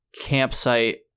campsite